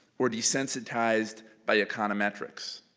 or desensitized by econometrics.